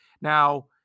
Now